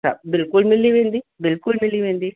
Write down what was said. त बिल्कुलु मिली वेंदी बिल्कुलु मिली वेंदी